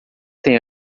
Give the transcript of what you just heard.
tem